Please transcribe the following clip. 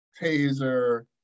taser